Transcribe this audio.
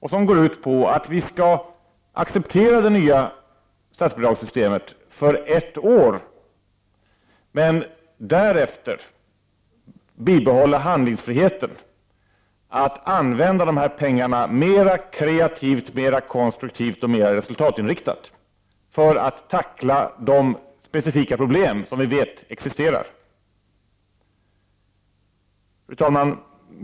Det går ut på att vi skall acceptera det nya statsbidragssystemet för ett år men därefter bibehålla handlingsfriheten att använda pengarna mer kreativt, konstruktivt och mera målinriktat för att tackla de specifika problem som vi vet existerar. Fru talman!